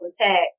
attack